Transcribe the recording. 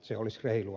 se olisi reilua